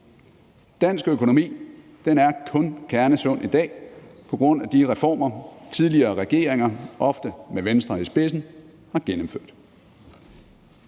Dansk økonomi er kun kernesund i dag på grund af de reformer, tidligere regeringer, ofte med Venstre i spidsen, har gennemført.